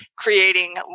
creating